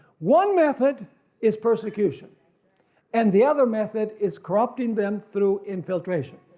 one method is persecution and the other method is corrupting them through infiltration,